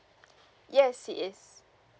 yes he is